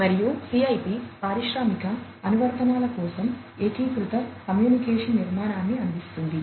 మరియు CIP పారిశ్రామిక అనువర్తనాల కోసం ఏకీకృత కమ్యూనికేషన్ నిర్మాణాన్ని అందిస్తుంది